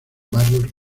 varios